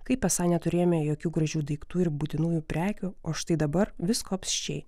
kaip esą neturėjome jokių gražių daiktų ir būtinųjų prekių o štai dabar visko apsčiai